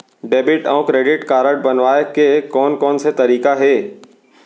Debit अऊ credit card बनवाए के कोन कोन से तरीका हे?